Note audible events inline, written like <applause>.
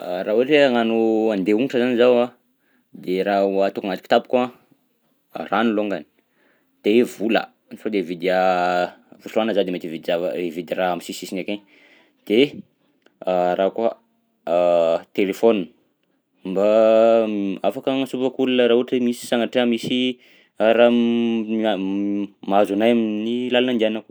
<hesitation> Raha ohatra hoe hagnano andeha ongotra zany zaho a de raha ho ataoko anaty kitapoko a rano longany de vola sao de hividy <hesitation> fisotroàna zah de mety hividy zava- hividy raha am'sisisisiny akegny de <hesitation> raha koa <hesitation> telefaonina mba m- afaka agnantsovako olona raha ohatra hoe misy sagnatria misy raha m- ma- m- mahazo anahy amin'ny làlana andianako.